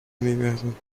universum